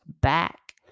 back